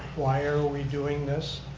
why are we doing this?